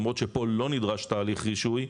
למרות שפה לא נדרש תהליך רישוי,